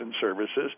services